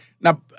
Now